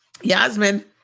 Yasmin